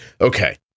Okay